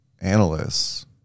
analysts